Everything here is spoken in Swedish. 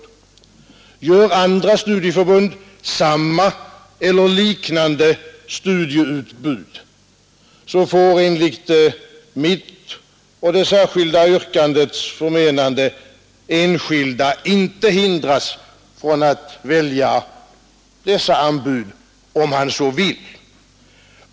Gör andra studieförbund samma eller liknande studieutbud, får enligt mitt och det särskilda yrkandets förmenande den enskilde inte hindras från att välja dessa anbud, om han så vill.